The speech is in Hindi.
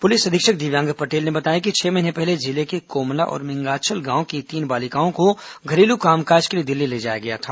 पुलिस अधीक्षक दिव्यांग पटेल ने बताया कि छह महीने पहले जिले के कोमला और मिंगाछल गांव की तीन बालिकाओं को घरेलू कामकाज के लिए दिल्ली ले जाया गया था